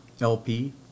LP